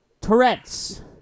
Tourette's